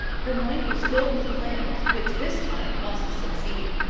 her mind was filled with plans which this time must succeed.